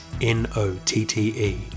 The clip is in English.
N-O-T-T-E